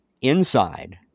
inside